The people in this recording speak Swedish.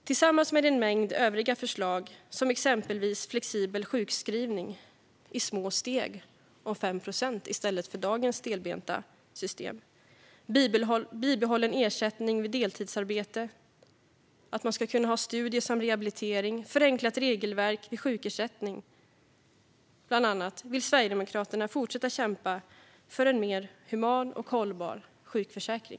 Tillsammans med en mängd övriga förslag, exempelvis flexibel sjukskrivning i små steg om 5 procent i stället för dagens stelbenta system, bibehållen ersättning vid deltidsarbete, studier som rehabilitering och förenklat regelverk vid sjukersättning, vill Sverigedemokraterna fortsätta kämpa för en mer human och hållbar sjukförsäkring.